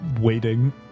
waiting